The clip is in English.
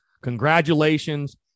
Congratulations